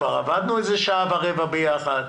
כבר עבדנו שעה ורבע יחד.